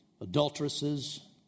Adulteresses